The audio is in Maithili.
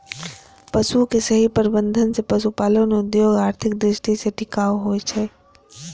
पशुक सही प्रबंधन सं पशुपालन उद्योग आर्थिक दृष्टि सं टिकाऊ होइ छै